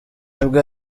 nibwo